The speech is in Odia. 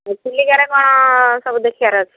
ଚିଲିକାରେ କ'ଣ ସବୁ ଦେଖିବାର ଅଛି